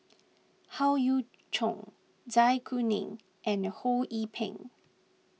Howe Yoon Chong Zai Kuning and Ho Yee Ping